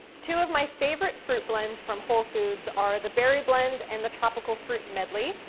two of my favorite fruit blends from whole foods are the berry blend and the tropical fruit medley,